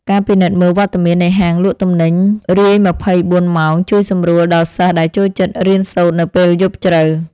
ការពិនិត្យមើលវត្តមាននៃហាងលក់ទំនិញរាយម្ភៃបួនម៉ោងជួយសម្រួលដល់សិស្សដែលចូលចិត្តរៀនសូត្រនៅពេលយប់ជ្រៅ។